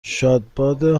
شادباد